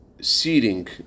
seating